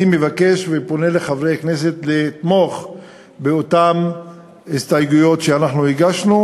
אני מבקש ופונה לחברי כנסת לתמוך בהסתייגויות שאנחנו הגשנו,